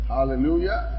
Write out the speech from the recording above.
Hallelujah